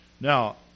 Now